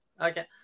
Okay